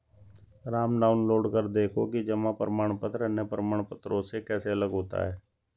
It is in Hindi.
राम डाउनलोड कर देखो कि जमा प्रमाण पत्र अन्य प्रमाण पत्रों से कैसे अलग होता है?